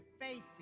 facing